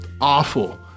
awful